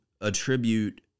attribute